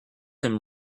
him